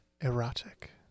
erotic